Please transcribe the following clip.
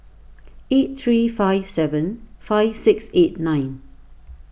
eight three five seven five six eight nine